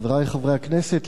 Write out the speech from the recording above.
חברי חברי הכנסת,